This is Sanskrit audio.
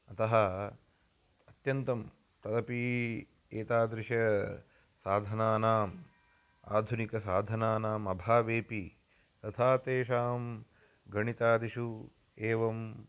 अतः अत्यन्तं तदपि एतादृशानां साधनानाम् आधुनिकसाधनानाम् अभावेपि तथा तेषां गणितादिषु एवम्